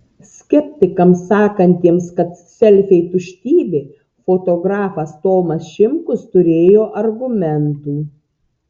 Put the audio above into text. skeptikams sakantiems kad selfiai tuštybė fotografas tomas šimkus turėjo argumentų